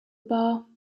bar